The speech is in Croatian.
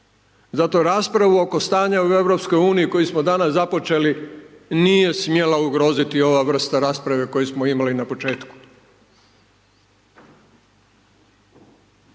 zato raspravu oko stanja u Europskoj uniji koju smo danas započeli nije smjela ugroziti ova vrsta rasprave koju smo imali na počeku.